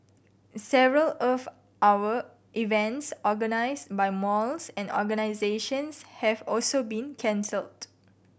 several Earth Hour events organised by malls and organisations have also been cancelled